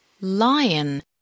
Lion